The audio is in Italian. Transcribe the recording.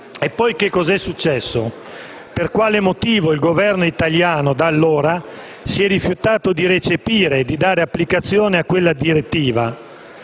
Poi cosa è successo? Per quale motivo il Governo italiano da allora si è rifiutato di recepire e di dare applicazione a quella direttiva,